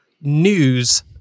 news